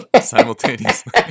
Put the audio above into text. simultaneously